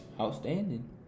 outstanding